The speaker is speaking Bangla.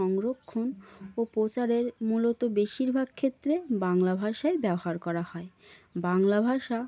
সংরক্ষণ ও প্রচারের মূলত বেশিরভাগ ক্ষেত্রে বাংলা ভাষাই ব্যবহার করা হয় বাংলা ভাষা